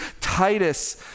Titus